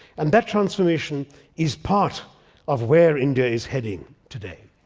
and that transformation is part of where india is heading today.